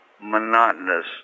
monotonous